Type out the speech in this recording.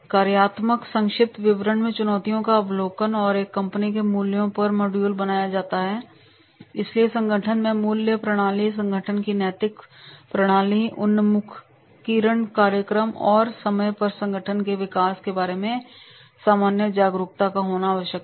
कार्यात्मक संक्षिप्त विवरण में चुनौतियों का अवलोकन और एक कंपनी के मूल्यों पर मॉड्यूल बनाया जाता है इसलिए संगठन के मूल्य प्रणाली संगठन की नैतिक प्रणाली उन्मुखीकरण कार्यक्रम और समय पर संगठन के विकास के बारे में सामान्य जागरूकता का होना आवश्यक है